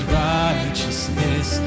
righteousness